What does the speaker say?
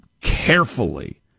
carefully